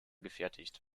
gefertigt